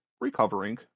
recovering